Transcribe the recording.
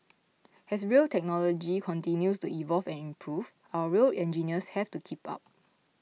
as rail technology continues to evolve and improve our rail engineers have to keep up